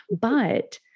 But-